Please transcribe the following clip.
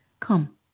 Come